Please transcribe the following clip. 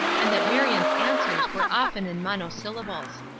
and that marion's answers were often in monosyllables.